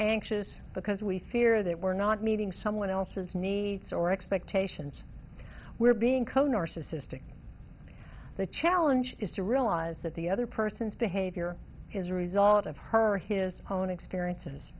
anxious because we fear that we're not meeting someone else's needs or expectations were being cone or specific the challenge is to realize that the other person's behavior is a result of her or his own experiences